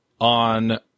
on